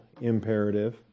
imperative